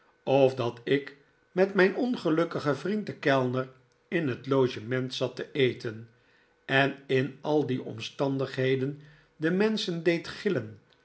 of dat ik met mijn ongelukkigen vriend den kellner in het logement zat te eten en in al die omstandigheden de menschen deed gillen